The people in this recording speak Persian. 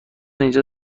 اینجا